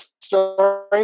story